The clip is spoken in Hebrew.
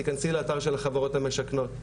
תכנסי לאתר של החברות המשכנות,